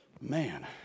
Man